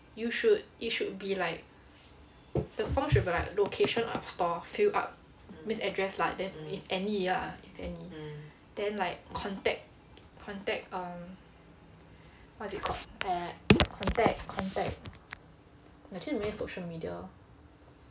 you should it should be like the form should be like location of stores fill up means address lah if any ya if any then like contact contact err what do you call it err contact contact actually no need social media